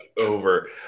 over